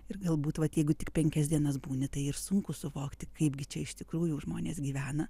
ir galbūt vat jeigu tik penkias dienas būni tai ir sunku suvokti kaipgi čia iš tikrųjų žmonės gyvena